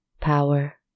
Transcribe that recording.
Power